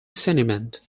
sentiment